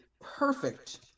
perfect